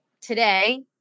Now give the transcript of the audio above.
today